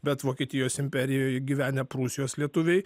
bet vokietijos imperijoj gyvenę prūsijos lietuviai